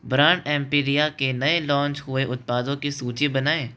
brand Empiria के नए launch हुए उत्पादों की सूची बनाएँ